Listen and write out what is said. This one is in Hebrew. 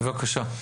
תודה.